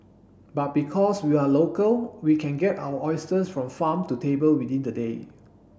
but because we are local we can get our oysters from farm to table within the day